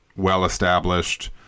well-established